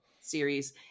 series